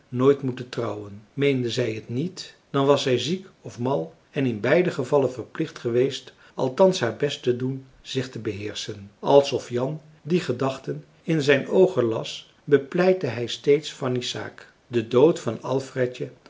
nooit moeten trouwen meende zij t niet dan was zij ziek of mal en in beide gevallen verplicht gemarcellus emants een drietal novellen weest althans haar best te doen zich te beheerschen alsof jan die gedachten in zijn oogen las bepleitte hij steeds fanny's zaak de dood van alfredje